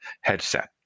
headset